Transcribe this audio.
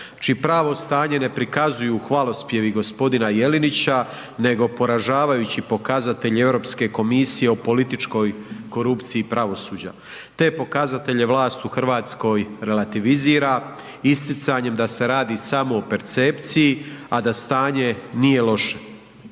čije pravo stanje ne prikazuju hvalospjevi gospodina Jelenića nego poražavajući pokazatelji Europske komisije o političkoj korupciji pravosuđa te pokazatelje vlasti u Hrvatskoj relativizira isticanjem da se radi samo o percepciji, a da stanje nije loše.